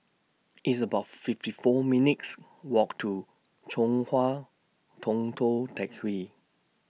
It's about fifty four minutes' Walk to Chong Hua Tong Tou Teck Hwee